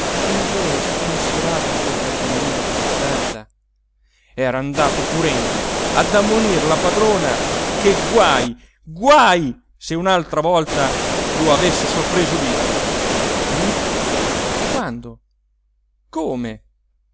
il volo spensierato di quel cardellino per la stanza era andato furente ad ammonir la padrona che guai guai se un'altra volta lo avesse sorpreso lì lì quando come